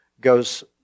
goes